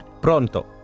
Pronto